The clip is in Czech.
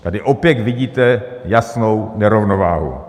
Tady opět vidíte jasnou nerovnováhu.